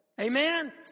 Amen